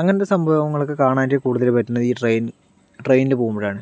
അങ്ങനത്തെ സംഭവങ്ങളൊക്കെ കാണാനായിട്ട് കൂടുതല് പറ്റുന്നത് ഈ ട്രെയിൻ ട്രെയിനില് പോകുമ്പോഴാണ്